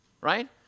right